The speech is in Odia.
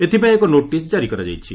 ଏଥିପାଇଁ ଏକ ନୋଟିସ୍ ଜାରି କରାଯାଇଛି